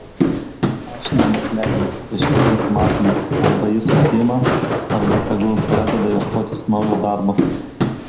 aš nenusileidau tėškiau ultimatumą arba jis susiima arba tegu pradeda ieškotis naujo darbo